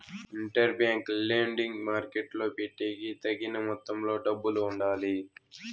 inter bank lending మార్కెట్టులో పెట్టేకి తగిన మొత్తంలో డబ్బులు ఉండాలి